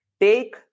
Take